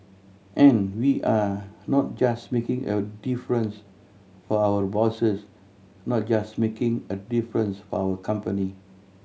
and we are not just making a difference for our bosses not just making a difference for our company